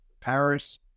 Paris